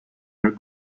her